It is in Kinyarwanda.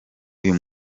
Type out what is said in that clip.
uyu